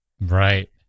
Right